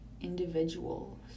individuals